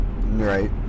Right